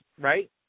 right